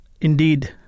indeed